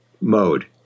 mode